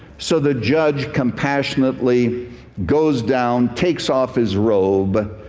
so the judge compassionately goes down, takes off his robe,